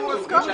הסכמנו.